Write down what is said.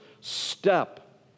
step